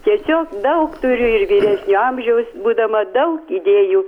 tiesiog daug turiu ir vyresnio amžiaus būdama daug idėjų